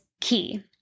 key